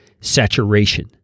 saturation